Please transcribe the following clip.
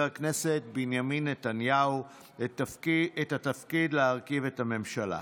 הכנסת בנימין נתניהו את התפקיד להרכיב את הממשלה.